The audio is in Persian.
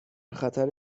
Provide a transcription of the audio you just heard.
خطر